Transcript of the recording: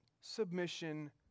submission